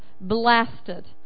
blasted